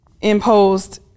imposed